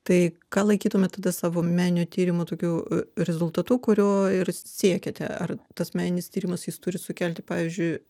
tai ką laikytumėt tada savo meninio tyrimo tokiu rezultatu kurio ir siekėte ar tas meninis tyrimas jis turi sukelti pavyzdžiui